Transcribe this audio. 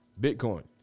Bitcoin